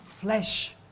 flesh